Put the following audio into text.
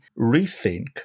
rethink